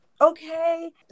Okay